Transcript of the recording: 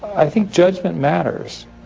i think judgement matters.